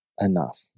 enough